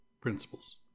principles